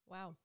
Wow